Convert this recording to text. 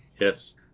Yes